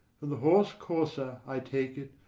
and the horse-courser, i take it,